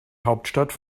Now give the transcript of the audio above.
hauptstadt